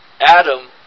Adam